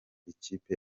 ikipe